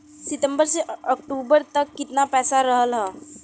सितंबर से अक्टूबर तक कितना पैसा रहल ह?